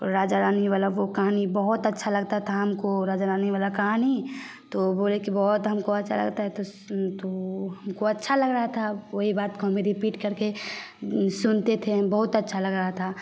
राजा रानी वाला वह कहानी बहुत अच्छा लगता था हमको राजा रानी वाला कहानी तो बोले कि बहुत हमको अच्छा लगता है तो स तो हमको अच्छा लग रहा था वही बात कॉमेडी रिपीट करके सुनते थे बहुत अच्छा लग रहा था